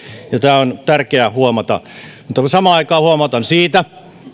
ja tämä on tärkeää huomata mutta samaan aikaan huomautan siitä